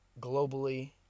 globally